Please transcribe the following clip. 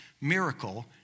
miracle